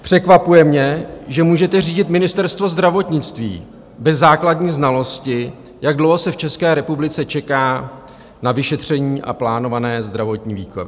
Překvapuje mě, že můžete řídit Ministerstvo zdravotnictví bez základní znalosti, jak dlouho se v České republice čeká na vyšetření a plánované zdravotní výkony.